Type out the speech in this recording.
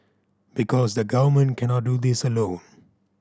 because the Government cannot do this alone